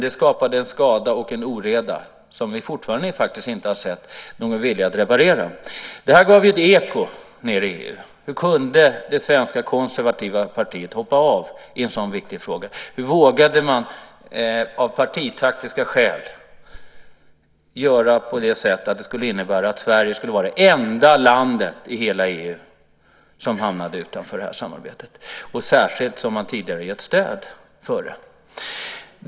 Det orsakade en skada och en oreda som vi fortfarande inte har sett någon vilja att reparera. Det här gav ett eko i EU. Hur kunde det svenska konservativa partiet hoppa av i en sådan viktig fråga? Hur vågade man av partitaktiska skäl göra på ett sätt som innebar att Sverige var det enda landet i hela i EU som hamnade utanför detta samarbete, särskilt som man tidigare hade gett stöd för det?